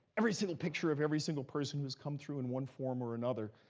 every single picture of every single person who's come through in one form or another,